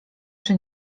czy